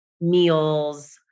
meals